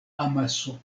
amaso